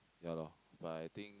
ya lor but I think